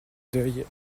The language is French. deuil